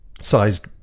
sized